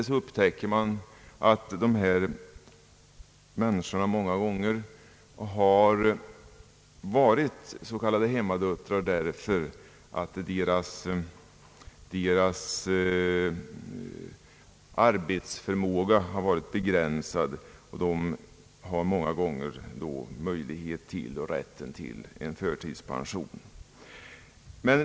Om det inte lyckats beror det många gånger på att dessa människor har varit hemmadöttrar just därför att deras arbetsförmåga är begränsad, och de har då rätt till förtidspension.